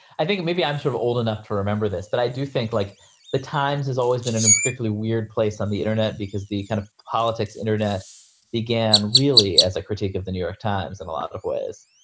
i think maybe i'm sort of old enough to remember this, but i do think, like the times has always been in a particularly weird place on the internet because the kind of politics. internet began really as a critique of the new york times and a lot of ways.